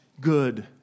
good